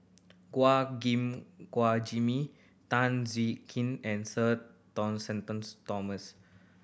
Gua Gim Guan Jimmy Tan Siew Kin and Sir Thomas